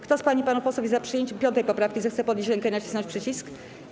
Kto z pań i panów posłów jest za przyjęciem 5. poprawki, zechce podnieść rękę i nacisnąć przycisk.